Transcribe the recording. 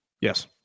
Yes